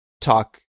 talk